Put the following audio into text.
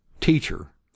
teacher